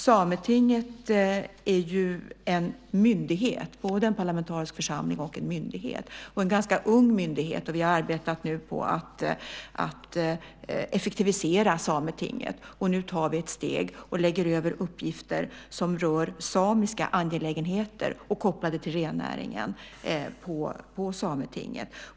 Sametinget är ju både en parlamentarisk församling och en myndighet, och en ganska ung myndighet. Vi har arbetat på att effektivisera Sametinget, och nu tar vi ytterligare ett steg och lägger över uppgifter som rör samiska angelägenheter kopplade till rennäringen på Sametinget.